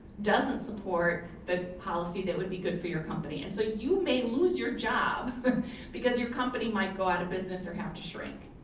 doesn't support the policy that would be good for your company, and so you may lose your job because your company might go out of business or have to shrink.